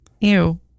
ew